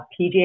PGA